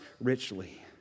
richly